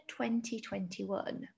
2021